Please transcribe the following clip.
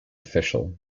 official